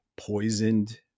poisoned